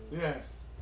Yes